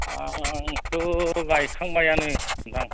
आंथ' गायखांबायानो नोंथां